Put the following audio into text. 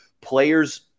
players